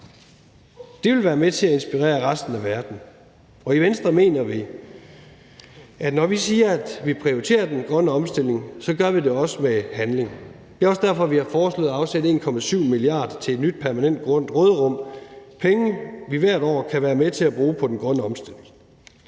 Det vil være med til at inspirere resten af verden. For i Venstre mener vi, at når vi siger, at vi prioriterer den grønne omstilling, gør vi det også med handling. Det er også derfor, vi har foreslået at afsætte 1,7 mia. kr. til et nyt permanent grønt råderum – penge, vi hvert år kan være med til at bruge på den grønne omstilling.